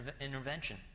intervention